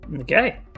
Okay